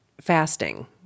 fasting